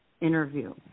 interview